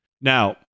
now